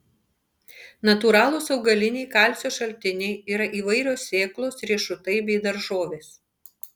natūralūs augaliniai kalcio šaltiniai yra įvairios sėklos riešutai bei daržovės